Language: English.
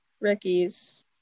Ricky's